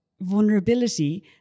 vulnerability